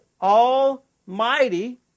almighty